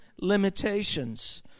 limitations